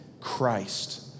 Christ